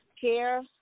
Care